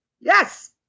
Yes